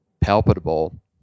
palpable